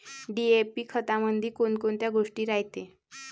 DAP खतामंदी कोनकोनच्या गोष्टी रायते?